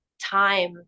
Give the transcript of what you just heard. time